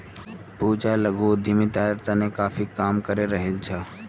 पूजा लघु उद्यमितार तने काफी काम करे रहील् छ